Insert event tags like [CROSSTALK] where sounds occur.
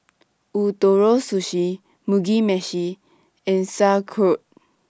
[NOISE] Ootoro Sushi Mugi Meshi and Sauerkraut